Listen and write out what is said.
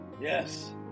yes